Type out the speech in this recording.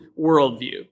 worldview